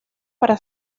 para